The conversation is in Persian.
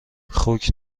خوک